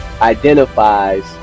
identifies